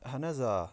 اہن حظ آ